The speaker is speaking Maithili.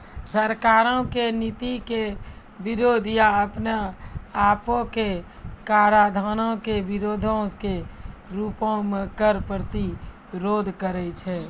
सरकारो के नीति के विरोध या अपने आपो मे कराधानो के विरोधो के रूपो मे कर प्रतिरोध करै छै